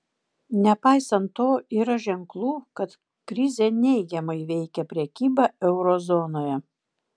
nepaisant to yra ženklų kad krizė neigiamai veikia prekybą euro zonoje